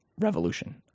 revolution